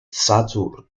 sadwrn